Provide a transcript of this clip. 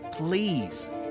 Please